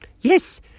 Yes